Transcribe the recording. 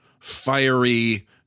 fiery